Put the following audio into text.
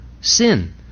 sin